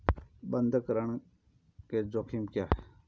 बंधक ऋण के जोखिम क्या हैं?